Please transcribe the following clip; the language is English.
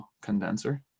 Condenser